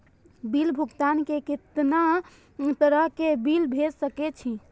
Bill भुगतान में कितना तरह के बिल भेज सके छी?